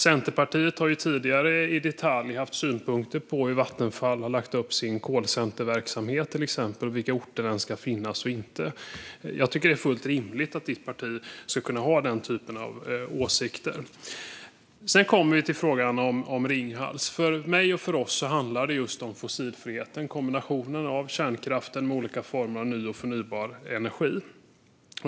Centerpartiet har tidigare i detalj haft synpunkter på hur Vattenfall har lagt upp sin callcenterverksamhet och på vilka orter den ska finnas och inte. Jag tycker att det är fullt rimligt att Rickard Nordins parti ska kunna ha den typen av åsikter. När det gäller Ringhals handlar det för mig och för oss om fossilfriheten, alltså kombinationen av kärnkraft och olika former av ny och förnybar energi.